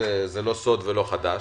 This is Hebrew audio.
לא סוד ולא חדש